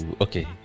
Okay